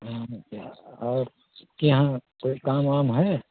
नमस्ते और क्या कोई काम वाम है